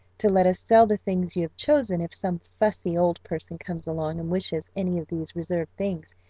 to let us sell the things you have chosen, if some fussy old person comes along and wishes any of these reserved things,